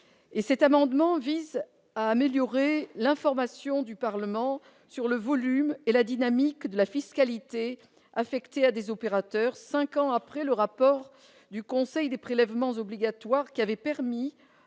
Cet amendement vise à améliorer l'information du Parlement sur le volume et la dynamique de la fiscalité affectée à des opérateurs, cinq ans après le rapport du Conseil des prélèvements obligatoires. Ce rapport avait permis